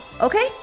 okay